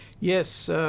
Yes